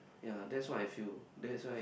ya that's what I feel that's why